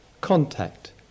contact